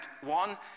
one